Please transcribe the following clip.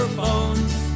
phones